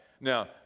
Now